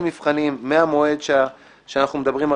מבחנים מהמועד הרלוונטי שאנחנו מדברים,